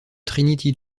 trinity